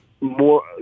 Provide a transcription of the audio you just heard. more